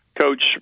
Coach